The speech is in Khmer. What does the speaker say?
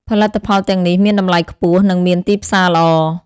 ផលិតផលទាំងនេះមានតម្លៃខ្ពស់ និងមានទីផ្សារល្អ។